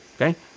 okay